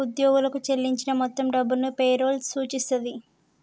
ఉద్యోగులకు చెల్లించిన మొత్తం డబ్బును పే రోల్ సూచిస్తది